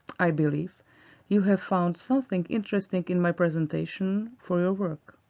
i believe you have found something interesting in my presentation for your work,